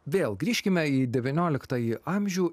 vėl grįžkime į devynioliktąjį amžių